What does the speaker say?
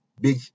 big